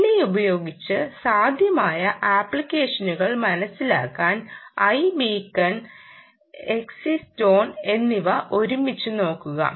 BLE ഉപയോഗിച്ച് സാധ്യമായ അപ്ലിക്കേഷനുകൾ മനസിലാക്കാൻ i ബീക്കൺ എസ്സിസ്റ്റോൺ എന്നിവ ഒരുമിച്ച് നോക്കുക